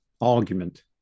argument